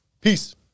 peace